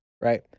right